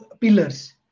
pillars